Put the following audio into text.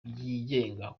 byigenga